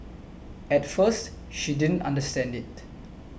at first she didn't understand it